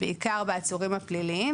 בעיקר בעצורים הפליליים.